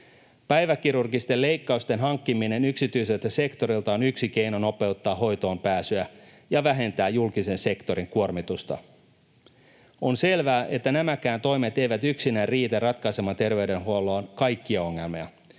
Päiväkirurgisten leikkausten hankkiminen yksityiseltä sektorilta on yksi keino nopeuttaa hoitoonpääsyä ja vähentää julkisen sektorin kuormitusta. On selvää, että nämäkään toimet eivät yksinään riitä ratkaisemaan terveydenhuollon kaikkia ongelmia,